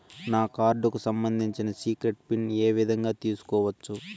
నా కార్డుకు సంబంధించిన సీక్రెట్ పిన్ ఏ విధంగా తీసుకోవచ్చు?